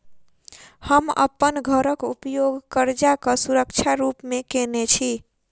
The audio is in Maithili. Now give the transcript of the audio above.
हम अप्पन घरक उपयोग करजाक सुरक्षा रूप मेँ केने छी